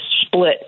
split